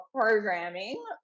programming